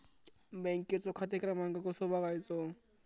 बँकेचो खाते क्रमांक कसो बगायचो?